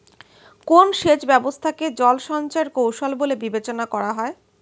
কোন সেচ ব্যবস্থা কে জল সঞ্চয় এর কৌশল বলে বিবেচনা করা হয়?